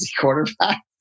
quarterback